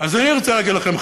אז אני רוצה להגיד לכם,